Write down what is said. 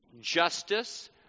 justice